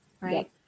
right